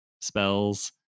spells